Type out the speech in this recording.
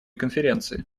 конференции